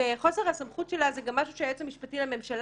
חוסר הסמכות שלה זה גם משהו שהיועץ המשפטי לממשלה